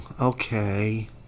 okay